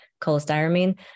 cholestyramine